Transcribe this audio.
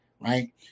right